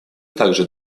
также